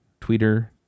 tweeter